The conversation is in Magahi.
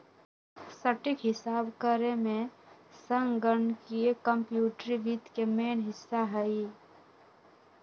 सटीक हिसाब करेमे संगणकीय कंप्यूटरी वित्त के मेन हिस्सा हइ